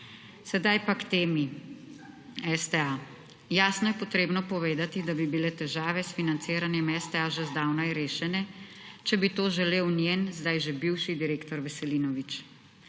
Sedaj pa k temi STA. Jasno je potrebno povedati, da bi bile težave s financiranjem STA že zdavnaj rešene, če bi to želel njen zdaj že bivši direktor Veselinovič.